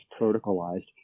protocolized